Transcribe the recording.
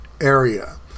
area